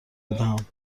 بدهم